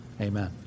Amen